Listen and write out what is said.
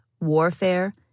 warfare